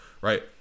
right